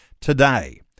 today